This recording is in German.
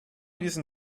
diesen